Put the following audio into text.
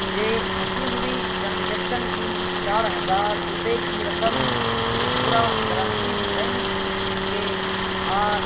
مجھے پھنسی ہوئی ٹرانزیکشن کی چار ہزار روپے کی رقم تریپورہ گرامین بینک کے آٹھ